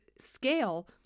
scale